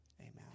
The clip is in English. Amen